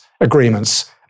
agreements